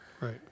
Right